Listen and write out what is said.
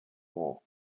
war